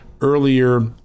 earlier